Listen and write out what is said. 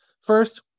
First